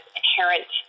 inherent